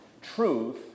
Truth